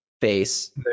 face